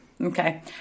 Okay